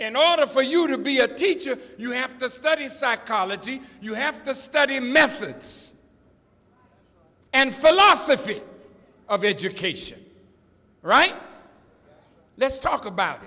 in order for you to be a teacher you have to study psychology you have to study methods and philosophy of education all right let's talk about